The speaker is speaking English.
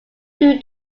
two